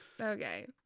Okay